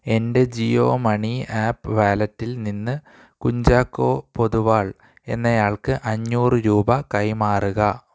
എൻ്റെ Jio money app വാലറ്റിൽ നിന് കുഞ്ചാക്കോ പൊതുവാൾ എന്നയാൾക്ക് അഞ്ഞൂറ് രൂപ കൈമാറുക